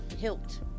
Hilt